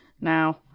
Now